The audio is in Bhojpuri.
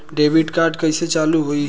डेबिट कार्ड कइसे चालू होई?